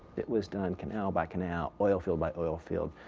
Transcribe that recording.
it was done canal by canal, oil field by oil field,